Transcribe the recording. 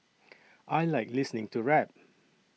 I like listening to rap